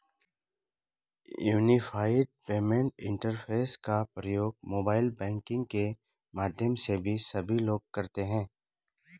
unified payment interface का प्रयोग mobile banking के माध्यम से सभी लोग करते हैं